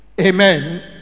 Amen